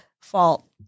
fault